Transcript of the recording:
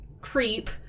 creep